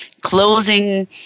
closing